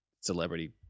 celebrity